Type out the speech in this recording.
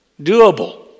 doable